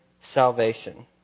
salvation